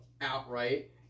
outright